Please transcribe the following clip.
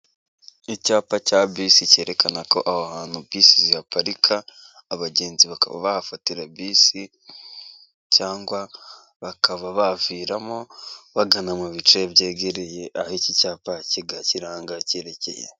Icyapa cya bisi cyerekana ko aho hantu bisi zihaparika, abagenzi bakaba bahafatira bisi cyangwa bakaba baviramo bagana mu bice byegereye aho iki cyapa kiranga cyerekeye.